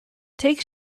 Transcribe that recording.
take